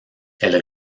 elle